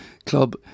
club